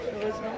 Heureusement